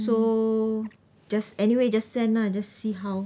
so just anyway just send lah just see how